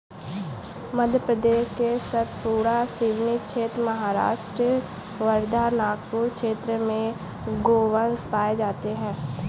मध्य प्रदेश के सतपुड़ा, सिवनी क्षेत्र, महाराष्ट्र वर्धा, नागपुर क्षेत्र में गोवंश पाये जाते हैं